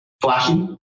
flashy